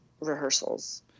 rehearsals